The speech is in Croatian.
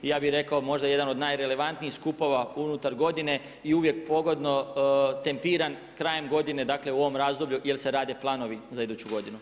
Ja bi rekao možda jedan od najrelevantnijih skupova unutar godine i uvijek pogodno tempiran krajem godine, dakle u ovom razdoblju jer se rade planovi za iduću godinu.